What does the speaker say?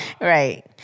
Right